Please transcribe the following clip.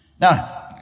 Now